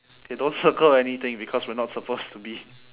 !hey! don't circle anything because we are not supposed to be